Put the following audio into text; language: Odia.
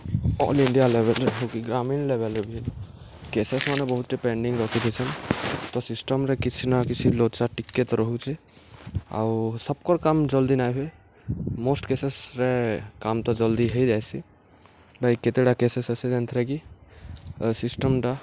ଅଲ୍ ଇଣ୍ଡିଆ ଲେଭେଲ୍ରେ ହେଉ କିି ଗ୍ରାମୀଣ୍ ଲେଭେଲ୍ରେ ବି କେସେସ୍ ମାନେ ବହୁତ୍ଟେ ପେଣ୍ଡିଂ ରଖିଥିିସନ୍ ତ ସିଷ୍ଟମ୍ରେ କିଛି ନା କିଛି ଲୋଚା ଟିକେ ତ ରହୁଛେ ଆଉ ସବ୍କର୍ କାମ୍ ଜଲ୍ଦି ନାଇଁ ହୁଏ ମୋଷ୍ଟ୍ କେସେସ୍ରେ କାମ୍ ତ ଜଲ୍ଦି ହେଇଯାଏସି ବା କେତେଟା କେସେସ୍ ଅଛେ ଯେନ୍ଥିରେ କି ସିଷ୍ଟମ୍ଟା